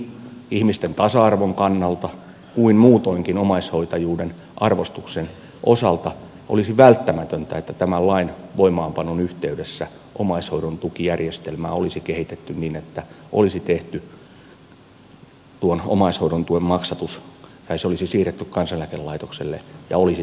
niin ihmisten tasa arvon kannalta kuin muutoinkin omaishoitajuuden arvostuksen osalta olisi välttämätöntä että tämän lain voimaanpanon yhteydessä omaishoidon tukijärjestelmää olisi kehitetty niin että olisi siirretty tuon omaishoidon tuen maksatus kansaneläkelaitokselle ja olisi tehty kriteerit